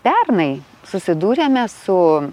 pernai susidūrėme su